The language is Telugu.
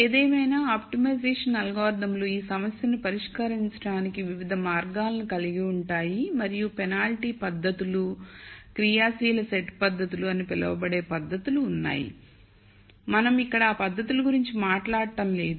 ఏదేమైనా ఆప్టిమైజేషన్ అల్గోరిథంలు ఈ సమస్యను పరిష్కరించడానికి వివిధ మార్గాలను కలిగి ఉంటాయి మరియు పెనాల్టీ పద్ధతులు క్రియాశీల సెట్ పద్ధతులు అని పిలువబడే పద్ధతులు ఉన్నాయి మనం ఇక్కడ ఆ పద్ధతుల గురించి మాట్లాడటం లేదు